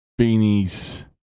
beanies